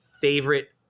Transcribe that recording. Favorite